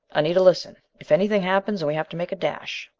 anita, listen if anything happens and we have to make a dash